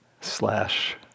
slash